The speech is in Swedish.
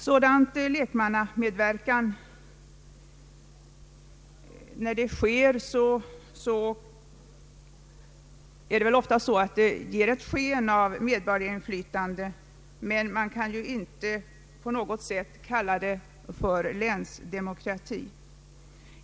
Sådan lekmannamedverkan har i varje fall ett sken av medborgarinflytande, men man kan inte på något sätt kalla det för länsdemokrati.